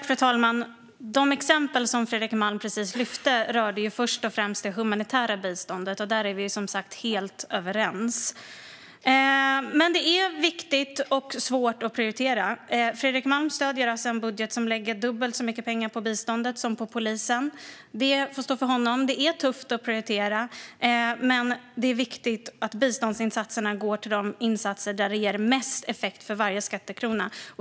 Fru talman! De exempel som Fredrik Malm precis lyfte fram rörde först och främst det humanitära biståndet. Där är vi som sagt helt överens. Det är viktigt men svårt att prioritera. Fredrik Malm stöder en budget som lägger dubbelt så mycket pengar på biståndet som på polisen. Det får stå för honom. Det är tufft att prioritera. Men det är viktigt att biståndet går till de insatser som ger mest effekt för varje skattekrona.